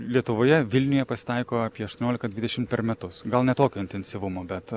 lietuvoje vilniuje pasitaiko apie aštuoniolika dvidešim per metus gal ne tokio intensyvumo bet